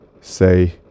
say